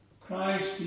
Christ